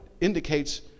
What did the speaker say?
indicates